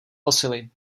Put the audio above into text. posily